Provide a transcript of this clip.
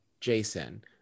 Jason